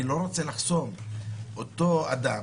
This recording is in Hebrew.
אני לא רוצה לחסום את אותו אדם